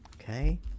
Okay